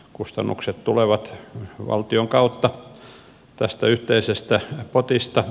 kustannukset tulevat valtion kautta tästä yhteisestä potista